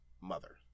mother